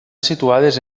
situades